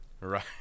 Right